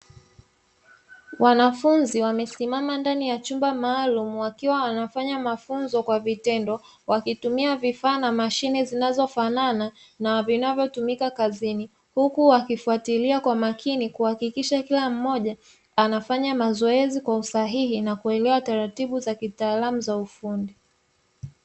Wanafunzi wamesimama ndani ya chumba maalumu wakiwa wanafanya mafunzo kwa vitendo, wakitumia vifaa na mashine zinazofanana na vinavyotumika kazini, huku wakifuatilia kwa makini kuhakikisha kila mmoja anafanya mazoezi kwa usahihi na kuelewa taratibu za kitaalamu za ufundi.